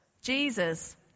Jesus